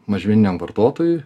mažmeniniam vartotojui